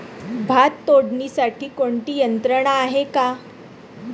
भात तोडण्यासाठी कोणती यंत्रणा आहेत का?